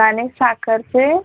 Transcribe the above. आणि साखरेचे